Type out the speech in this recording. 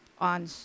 on